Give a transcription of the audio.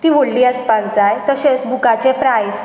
ती व्हडली आसपाक जाय तशेच बुकाचे प्रायस